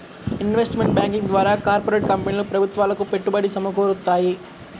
investment banking ద్వారా corporate కంపెనీలు ప్రభుత్వాలకు పెట్టుబడి సమకూరుత్తాయి